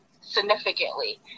significantly